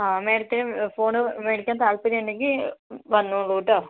ആ മേഡത്തിന് ഫോൺ മേടിക്കാൻ താൽപര്യം ഉണ്ടെങ്കിൽ വന്നോളൂ കേട്ടോ